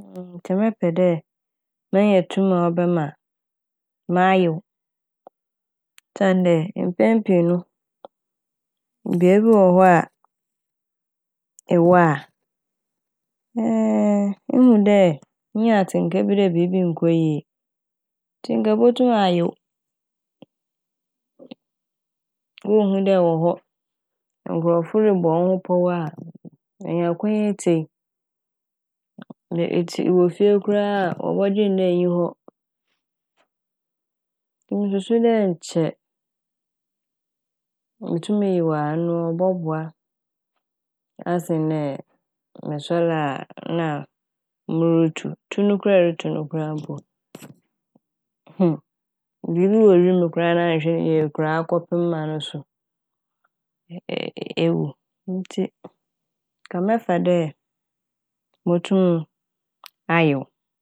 Nkyɛ mɛpɛ dɛ menya tum a ɔbɛma mayew osiandɛ mpɛn pii no mbea bi wɔ hɔ a ewɔ a Ihu dɛ inya atsenka bi dɛ biibi nnkɔ yie ntsi nka ebotum ayew. Wonnhu dɛ ɛwɔ hɔ, nkorɔfo robɔ wo ho pɔw a enya kwan etsie. Etse -ewɔ fie koraa a wɔbɔdwen dɛ innyi hɔ. Mususu dɛ nkyɛ mutum yew a ɔno ɔbɔboa asen dɛ mosoɛr a na murutu. Tu no koraa erutu no koraa mpo Biibi wɔ wimu koraa na annhwɛ ne yie koraa akɔpem ma ɔno so ee-ewu ntsi nka mɛfa dɛ motum ayew.